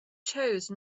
chose